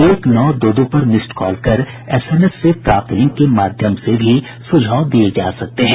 एक नौ दो दो पर मिस्ड कॉल कर एस एम एस से प्राप्त लिंक के माध्यम भी सुझाव दिये जा सकते हैं